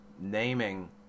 Naming